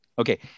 okay